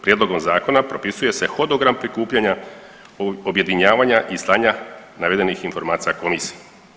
Prijedlogom zakona propisuje se hodogram prikupljanja objedinjavanja i slanja navedenih informacija komisiji.